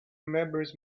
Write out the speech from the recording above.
remembers